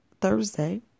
Thursday